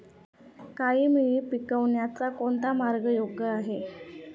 काळी मिरी पिकवण्याचा कोणता मार्ग योग्य आहे?